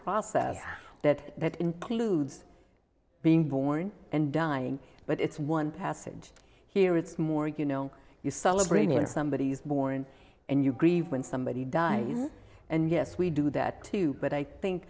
process that includes being born and dying but it's one passage here it's more you know you celebrate when somebody is born and you grieve when somebody dies and yes we do that too but i think